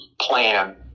plan